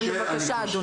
בבקשה אדוני.